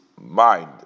mind